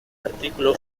artículo